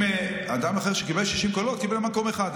אדם אחר שקיבל 60 קולות קיבל מקום אחד.